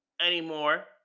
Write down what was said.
anymore